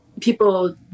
people